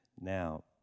now